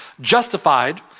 justified